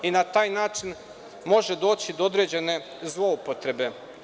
Na taj način može doći do određene zloupotrebe.